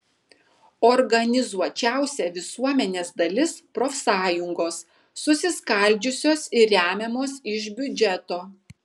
organizuočiausia visuomenės dalis profsąjungos susiskaldžiusios ir remiamos iš biudžeto